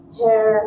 hair